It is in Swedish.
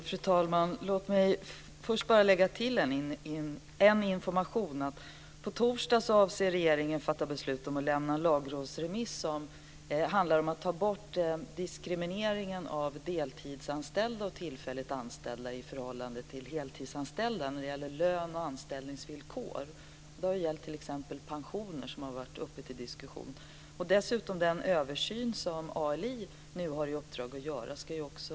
Fru talman! Låt mig tillägga en information. På torsdag avser regeringen att fatta beslut om att lämna en lagrådsremiss som handlar om att ta bort diskrimineringen av deltidsanställda och tillfälligt anställda i förhållande till heltidsanställda när det gäller lön och anställningsvillkor. Det har gällt t.ex. pensioner, som har varit uppe till diskussion. Dessutom har ALI i uppdrag att göra en översyn.